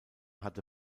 hatte